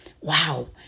wow